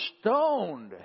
stoned